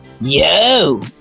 yo